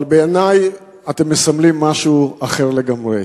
אבל בעיני אתם מסמלים משהו אחר לגמרי.